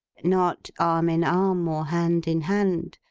not arm in arm, or hand in hand,